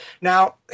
Now